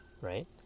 right